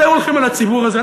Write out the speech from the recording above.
אתם הולכים על הציבור הזה.